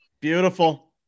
Beautiful